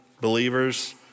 believers